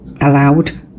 allowed